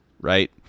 right